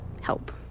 help